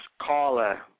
caller